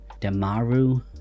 demaru